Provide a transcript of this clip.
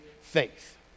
faith